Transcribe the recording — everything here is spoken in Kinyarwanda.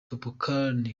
topolcany